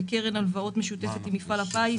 וקרן הלוואות משותפת עם מפעל הפיס,